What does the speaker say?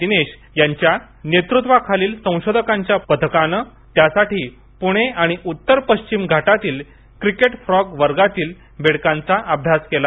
दिनेश यांच्या नेतृत्वाखालील संशोधकांच्या पथकानं त्यासाठी पुणे आणि उत्तर पश्चिम घाटातील क्रिकेट फ्रॉग वर्गातील बेडकांचा अभ्यास केला